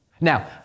Now